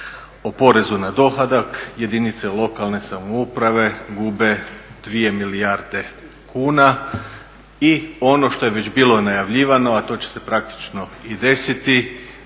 o porezu na dohodak jedinice lokalne samouprave gube 2 milijarde kuna. I ono što je već bilo najavljivano a to će se praktično i desiti,